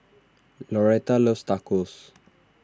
Lauretta loves Tacos